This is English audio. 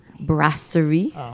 Brasserie